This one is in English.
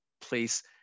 place